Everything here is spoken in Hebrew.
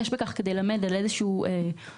יש בכך כדי ללמד על איזשהו פסול,